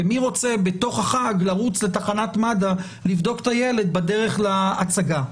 כי מי רוצה בתוך החג לרוץ לתחנת מד"א לבדוק את הילד בדרך להצגה?